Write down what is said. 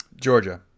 Georgia